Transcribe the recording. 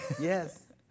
yes